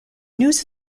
news